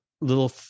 little